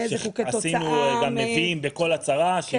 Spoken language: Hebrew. מה שאמרת,